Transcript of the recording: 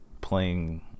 playing